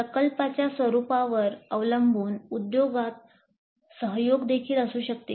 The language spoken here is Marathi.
प्रकल्पाच्या स्वरूपावर अवलंबून उद्योगात सहयोग देखील असू शकतो